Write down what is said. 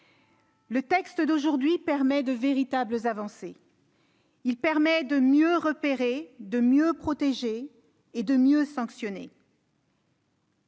Le texte d'aujourd'hui contient de véritables avancées. Il permet de mieux repérer, de mieux protéger et de mieux sanctionner.